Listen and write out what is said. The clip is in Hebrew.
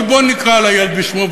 אבל בוא נקרא לילד בשמו,